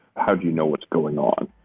how do you know what's going on?